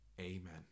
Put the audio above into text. Amen